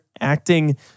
acting